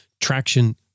traction